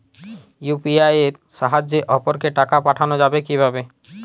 UPI এর সাহায্যে অপরকে টাকা পাঠানো যাবে কিভাবে?